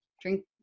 drink